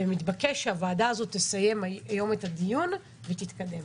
ומתבקש שהוועדה הזאת תסיים היום את הדיון ותתקדם,